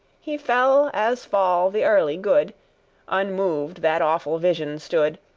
he fell as fall the early good unmoved that awful vision stood.